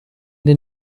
den